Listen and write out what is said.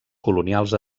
colonials